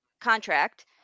contract